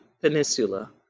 Peninsula